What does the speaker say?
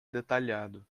detalhado